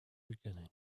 beginning